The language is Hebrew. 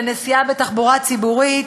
לנסיעה בתחבורה ציבורית,